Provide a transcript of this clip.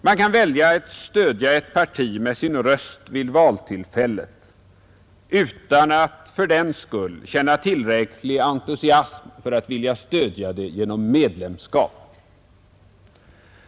Man kan välja att stödja ett parti med sin röst vid valtillfället utan att fördenskull känna tillräcklig entusiasm för att vilja stödja det genom medlemskap.